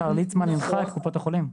השר יעקב ליצמן הנחה את קופות החולים.